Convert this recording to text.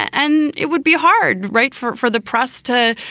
and it would be hard, right, for for the press to,